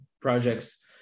projects